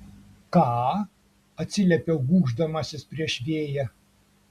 ką atsiliepiau gūždamasis prieš vėją